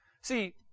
See